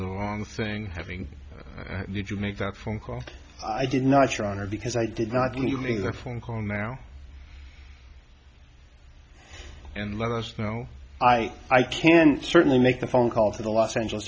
the wrong thing having did you make that phone call i did not sure honor because i did not leave the phone call now and let us know i i can certainly make the phone call to the los angeles